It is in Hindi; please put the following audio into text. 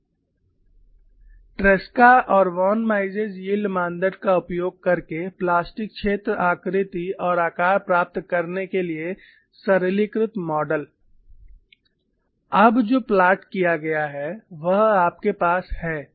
Simplistic model to get Plastic zone shape and size using Tresca and Von Mises Yield Criteria Tresca और वॉन मिसेज यील्ड मानदंड का उपयोग करके प्लास्टिक क्षेत्र आकृति और आकार प्राप्त करने के लिए सरलीकृत मॉडल अब जो प्लॉट किया गया है वह आपके पास है